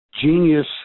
genius